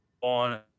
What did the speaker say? on